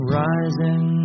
rising